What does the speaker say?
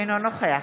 אינו נוכח